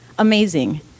Amazing